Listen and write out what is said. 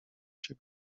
się